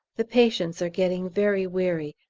the patients are getting very weary,